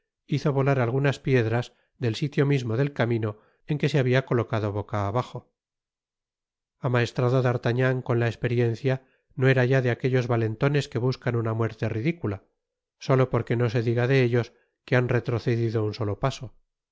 hizo volar algunas piedras del sitio mismo del camino en que se habia colocado boca abajo amaestrado d'artagnan con la esperiencia no era ya de aquellos valentones que buscan una muerte ridicula solo porque no se diga de ellos que han retrocedido un solo paso